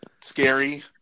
scary